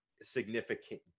significant